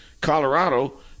Colorado